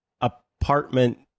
apartment